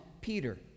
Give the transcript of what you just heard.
Peter